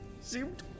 seemed